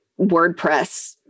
WordPress